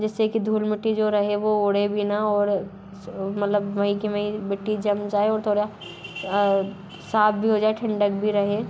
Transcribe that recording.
जैसेकि धूल मिट्टी जो रहे वो उड़े भी न और मतलब वहीं के वहीं मिट्टी जम जाए और थोड़ा साफ भी हो जाए ठंडक भी रहे